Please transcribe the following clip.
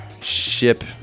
ship